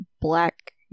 black